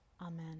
Amen